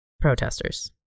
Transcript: protesters